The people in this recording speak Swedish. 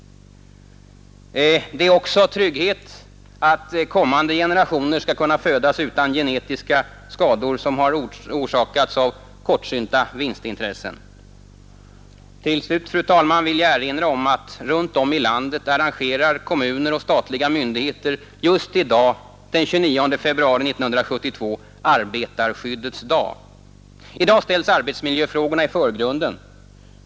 Det gäller också tryggheten att kommande generationer skall kunna födas utan genetiska skador som orsakats av kortsynt vinstintresse. Fru talman! Till slut vill jag erinra om att kommuner och statliga myndigheter runt om i landet just i dag, den 29 februari 1972, arrangerar Arbetarskyddets dag. I dag ställs arbetsmiljöfrågorna i förgrunden.